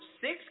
six